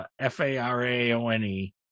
F-A-R-A-O-N-E